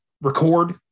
record